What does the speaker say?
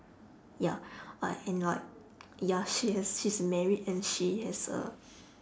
ya uh and like ya she's she's married and she has a